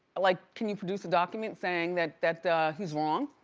like can you produce a document saying that that he's wrong?